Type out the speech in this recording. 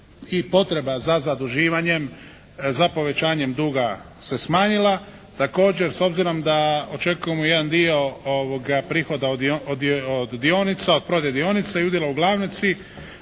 i potreba za zaduživanjem, za povećanjem duga se smanjila. Također s obzirom da očekujemo jedan dio prihoda od dionica, od prodaje dionica i udjela u glavnici,